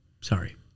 sorry